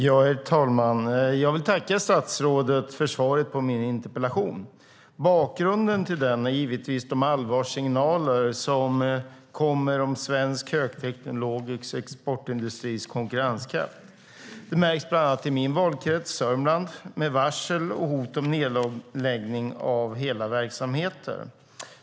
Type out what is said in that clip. Herr talman! Jag vill tacka statsrådet för svaret på min interpellation. Bakgrunden till den är givetvis de allvarliga signaler som kommer om svensk högteknologisk exportindustris konkurrenskraft. Det märks bland annat i min valkrets, Sörmland, med varsel och hot om nedläggning av hela verksamheter.